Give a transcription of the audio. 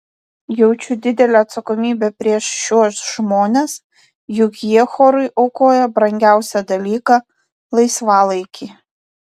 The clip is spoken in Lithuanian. jaučiu didelę atsakomybę prieš šiuos žmones juk jie chorui aukoja brangiausią dalyką laisvalaikį